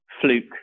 fluke